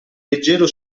leggero